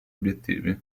obiettivi